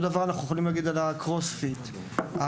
אנחנו יכולים להגיד את אותו הדבר על הקרוספיט; על